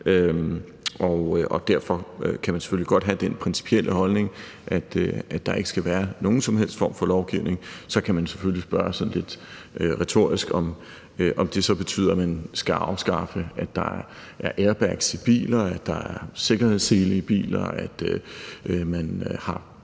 en risiko. Man kan selvfølgelig godt have den principielle holdning, at der ikke skal være nogen som helst form for lovgivning. Så kan man selvfølgelig spørge sådan lidt retorisk, om det så betyder, at man skal afskaffe, at der er airbags i biler, at der er sikkerhedsseler i biler, at man har